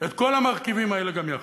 את כל המרכיבים האלה גם יחד.